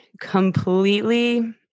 completely